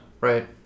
right